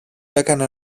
έκανε